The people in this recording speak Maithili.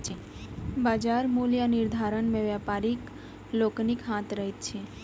बाजार मूल्य निर्धारण मे व्यापारी लोकनिक हाथ रहैत छै